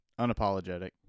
unapologetic